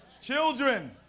Children